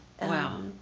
Wow